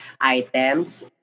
items